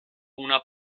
una